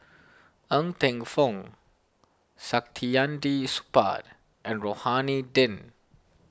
Ng Teng Fong Saktiandi Supaat and Rohani Din